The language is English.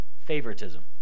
favoritism